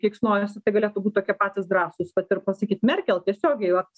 keiksnojasi tai galėtų būt tokie patys drąsūs kad ir pasakyt merkel tiesiogiai vat